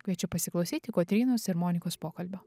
kviečiu pasiklausyti kotrynos ir monikos pokalbio